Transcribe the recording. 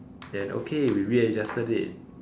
then okay we readjusted it